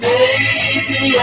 Baby